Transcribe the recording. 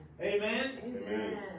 Amen